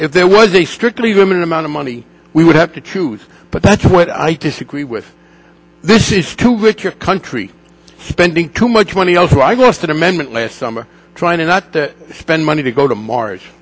if there was a strictly limited amount of money we would have to choose but that's what i disagree with this is too rich country spending too much money also i lost an amendment last summer trying to not spend money to go to mars